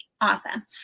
awesome